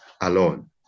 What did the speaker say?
alone